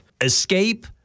escape